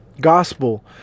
Gospel